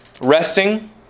resting